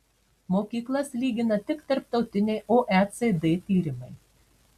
mokyklas lygina tik tarptautiniai oecd tyrimai